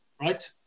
right